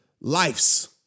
lives